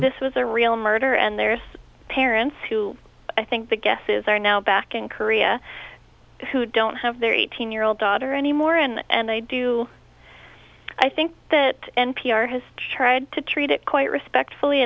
this was a real murder and there's parents who i think guesses are now back in korea who don't have their eighteen year old daughter anymore and they do i think that n p r has tried to treat it quite respectfully